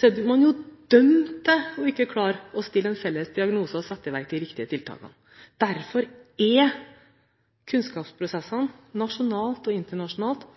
er man jo dømt til ikke å klare å stille en felles diagnose og sette i verk de riktige tiltakene. Derfor er kunnskapsprosessene nasjonalt og internasjonalt,